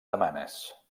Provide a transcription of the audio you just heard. demanes